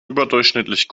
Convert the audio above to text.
überdurchschnittlich